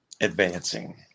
advancing